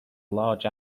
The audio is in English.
large